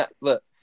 look